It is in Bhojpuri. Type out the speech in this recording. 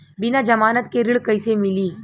बिना जमानत के ऋण कईसे मिली?